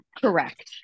Correct